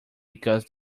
because